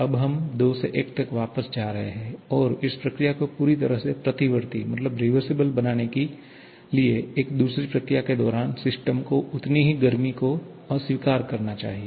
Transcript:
अब हम 2 से 1 तक वापस जा रहे हैं और इस प्रक्रिया को पूरी तरह से प्रतिवर्ती बनाने के लिए फिर दूसरी प्रक्रिया के दौरान सिस्टम को उतनी ही गर्मी को अस्वीकार करना चाहिए